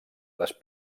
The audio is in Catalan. les